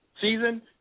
season